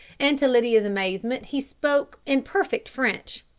and to lydia's amazement he spoke in perfect french,